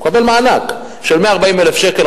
הוא יקבל מענק של 140,000 שקל,